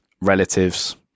relatives